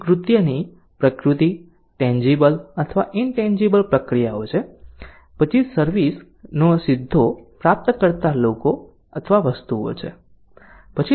તેથી કૃત્યની પ્રકૃતિ ટેન્જીબલ અથવા ઇનટેન્જીબલ ક્રિયાઓ છે પછી સર્વિસ નો સીધો પ્રાપ્તકર્તા લોકો અથવા વસ્તુઓ છે